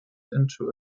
into